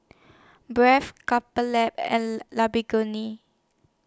Bragg Couple Lab and Lamborghini